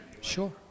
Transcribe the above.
Sure